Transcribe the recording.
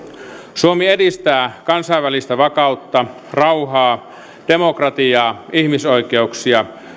suomi edistää kansainvälistä vakautta rauhaa demokratiaa ihmisoikeuksia